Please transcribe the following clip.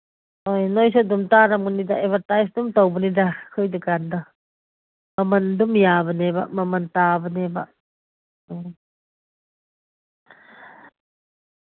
ꯍꯣꯏ ꯅꯣꯏꯁꯨ ꯑꯗꯨꯝ ꯇꯥꯔꯝꯒꯅꯤꯗ ꯑꯦꯗꯚꯔꯇꯥꯏꯁ ꯑꯗꯨꯝ ꯇꯧꯕꯅꯤꯗ ꯑꯩꯈꯣꯏ ꯗꯨꯀꯥꯟꯗꯣ ꯃꯃꯟ ꯑꯗꯨꯝ ꯌꯥꯕꯅꯦꯕ ꯃꯃꯟ ꯇꯥꯕꯅꯦꯕ ꯎꯝ